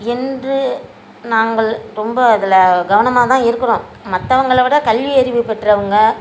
என்று நாங்கள் ரொம்ப அதில் கவனமாகதான் இருக்கிறோம் மற்றவங்களோட கல்வி அறிவு பெற்றவங்க